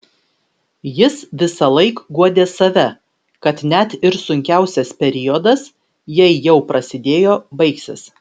jis visąlaik guodė save kad net ir sunkiausias periodas jei jau prasidėjo baigsis